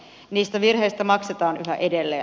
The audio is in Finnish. niistä virheistä maksetaan yhä edelleen